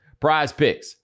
PrizePicks